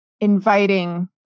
inviting